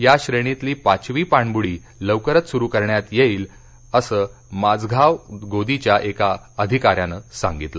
या श्रेणीतली पाचवी पाणबुडी लवकरच सुरु करण्यात येईल असं माझगाव गोदीच्या एका अधिकाऱ्यानं सांगितलं